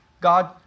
God